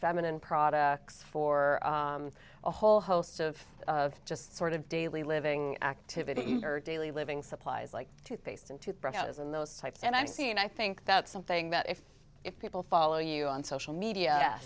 feminine products for a whole host of of just sort of daily living activities or daily living supplies like toothpaste and toothbrushes and those types and i see and i think that's something that if if people follow you on social media